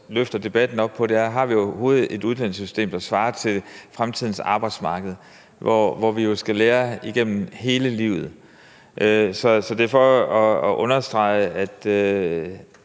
løfter debatten op til, er, om vi overhovedet har et uddannelsessystem, der svarer til fremtidens arbejdsmarked, hvor vi jo skal lære igennem hele livet. Det er bare for at understrege, at